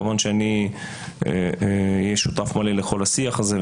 כמובן שאני אהיה שותף מלא לכל השיח הזה,